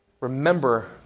Remember